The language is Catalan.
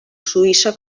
suïssa